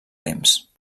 temps